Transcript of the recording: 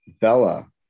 Bella